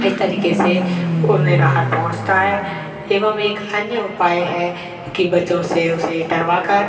इस तरीके से उन्हें राहत पहुँचता है एवं एक अन्य उपाय है कि बच्चों से उसे टरवाकर